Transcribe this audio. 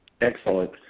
Excellent